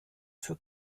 für